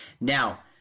Now